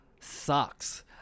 sucks